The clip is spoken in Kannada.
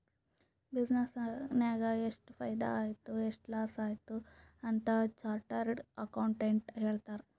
ಬಿಸಿನ್ನೆಸ್ ನಾಗ್ ಎಷ್ಟ ಫೈದಾ ಆಯ್ತು ಎಷ್ಟ ಲಾಸ್ ಆಯ್ತು ಅಂತ್ ಚಾರ್ಟರ್ಡ್ ಅಕೌಂಟೆಂಟ್ ಹೇಳ್ತಾರ್